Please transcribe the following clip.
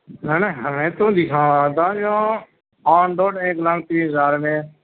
نہ نہ ہمیں تو دکھا رہا تھا جو آن روڈ ایک لاکھ تیس ہزار روپئے